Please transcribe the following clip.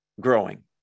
growing